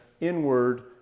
inward